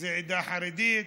אם זה העדה החרדית,